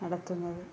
നടത്തുന്നത്